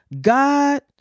God